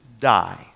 die